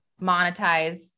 monetize